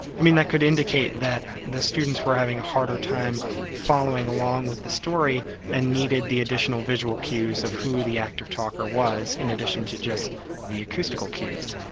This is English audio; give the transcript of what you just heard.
i mean that could indicate that the students were having a harder time following along with the story and needed the additional visual cues of who the active talker was in addition to just the acoustical cues.